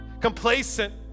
complacent